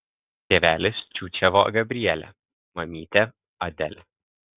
tėvelis čiūčiavo gabrielę mamytė adelę